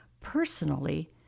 personally